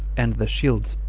and the shields,